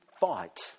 fight